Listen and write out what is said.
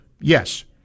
yes